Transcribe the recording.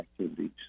activities